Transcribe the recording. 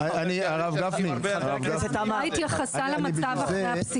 היא לא התייחסה למצב אחרי הפסיקה.